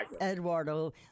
eduardo